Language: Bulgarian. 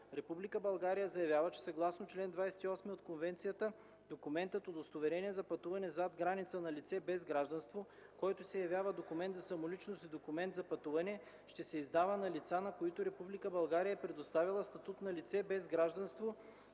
„Република България заявява, че съгласно чл. 28 от Конвенцията документът „Удостоверение за пътуване зад граница на лице без гражданство”, който се явява документ за самоличност и документ за пътуване, ще се издава на лица, на които Република България е предоставила статут на лице без гражданство